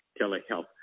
telehealth